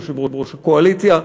יושב-ראש הקואליציה.